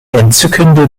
entzückende